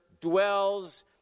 dwells